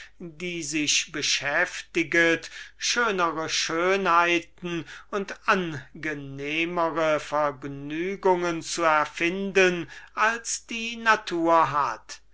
die sich beschäftiget schönere schönheiten und angenehmere vergnügungen zu erfinden als die natur hat